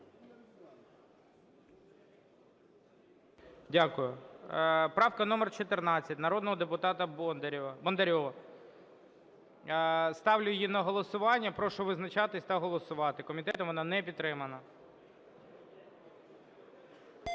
Дякую. Правка номер 14 народного депутата Бондарєва, ставлю її на голосування. Прошу визначатися та голосувати. Комітетом вона не підтримана.